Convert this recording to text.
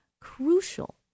crucial